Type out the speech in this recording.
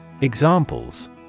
Examples